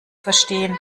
verstehen